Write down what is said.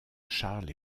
charles